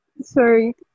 Sorry